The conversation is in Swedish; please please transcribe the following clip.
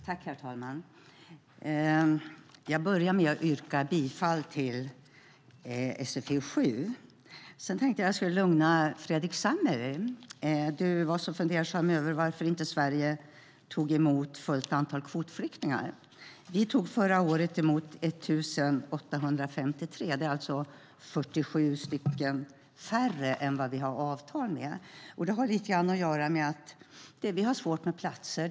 Herr talman! Jag börjar med att yrka bifall till förslaget i SfU7. Sedan tänkte jag att jag skulle lugna Fredrik Lundh Sammeli. Han var så fundersam över varför inte Sverige tog emot fullt antal kvotflyktingar. Vi tog förra året emot 1 853 kvotflyktingar. Det är alltså 47 färre än vad vi har avtal om, och det har lite grann att göra med att vi har svårt med platser.